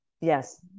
Yes